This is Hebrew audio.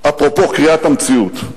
אפרופו קריאת המציאות,